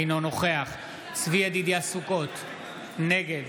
אינו נוכח צבי ידידיה סוכות, נגד